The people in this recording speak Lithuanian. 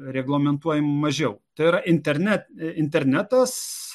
reglamentuojmia mažiau tėra interne internetas